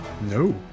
No